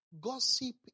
gossip